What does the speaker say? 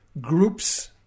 groups